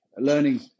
learning